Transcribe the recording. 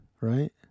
right